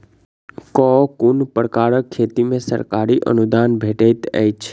केँ कुन प्रकारक खेती मे सरकारी अनुदान भेटैत अछि?